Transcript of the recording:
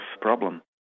problem